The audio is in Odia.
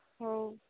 ହଉ